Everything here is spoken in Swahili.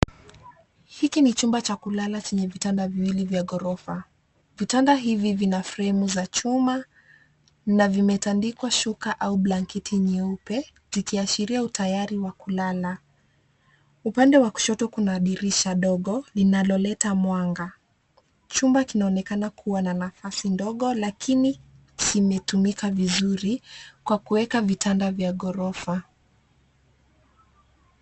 Hiki ni chumba cha kulala chenye vitanda viwili vya ghorofa. Vitanda hivi vina fremu za chuma na vimetandikwa shuka au blanketi nyeupe zikiashiria utayari wa kulala. Upande wa kushoto kuna dirisha dogo linaloleta mwanga. Chumba kinaoekana kuwa na nafasi ndogo lakini kimetumika vizuri kwa kuweka vitanda vya ghorofa.